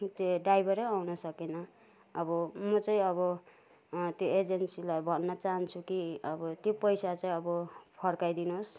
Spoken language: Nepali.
त्यो ड्राइभरै आउन सकेन अब म चाहिँ अब त्यो एजेन्सीलाई भन्न चाहन्छु कि अब त्यो पैसा चाहिँ अब फर्काइ दिनुहोस्